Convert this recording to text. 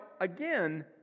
again